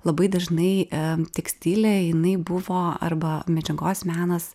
labai dažnai tekstilė jinai buvo arba medžiagos menas